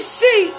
see